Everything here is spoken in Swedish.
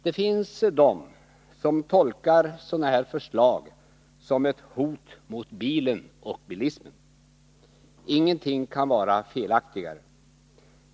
Det finns de som tolkar sådana här förslag som ett hot mot bilen och bilismen. Ingenting kan vara felaktigare.